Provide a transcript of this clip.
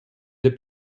деп